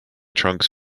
trunks